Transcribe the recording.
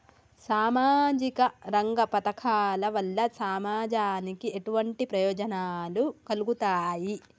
సామాజిక రంగ పథకాల వల్ల సమాజానికి ఎటువంటి ప్రయోజనాలు కలుగుతాయి?